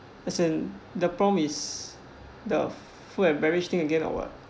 as in the prompt is the food and beverage thing again or what